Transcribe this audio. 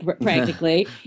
practically